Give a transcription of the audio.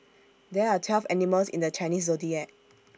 there are twelve animals in the Chinese Zodiac